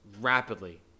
rapidly